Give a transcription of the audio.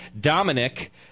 Dominic